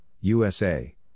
USA